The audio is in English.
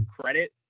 credit